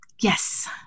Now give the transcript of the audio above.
Yes